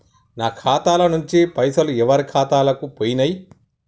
నా ఖాతా ల నుంచి పైసలు ఎవరు ఖాతాలకు పోయినయ్?